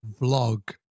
vlog